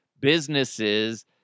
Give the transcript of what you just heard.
businesses